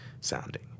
sounding